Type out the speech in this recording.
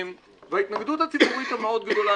וההתנגדות הציבורית המאוד גדולה